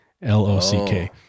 L-O-C-K